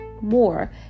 more